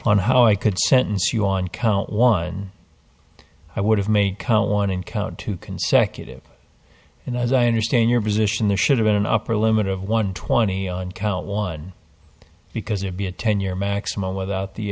on how i could sentence you on count one i would have made count one and count two consecutive and as i understand your position there should have been an upper limit of one twenty on count one because it be a ten year maximum without the